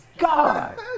God